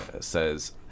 says